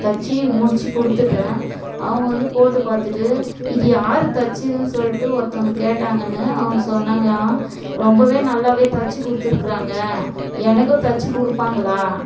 தச்சு முடித்து கொடுத்துட்டேன் அவங்க வந்து போட்டு பார்த்துட்டு இது யார் தச்சதுன்னு சொல்லிட்டு ஒருத்தங்க கேட்டாங்கன்னு அவங்க சொன்னாங்களாம் ரொம்பவே நல்லாவே தச்சு கொடுத்துருக்குறாங்க எனக்கும் தச்சு கொடுப்பாங்களா